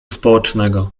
społecznego